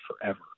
forever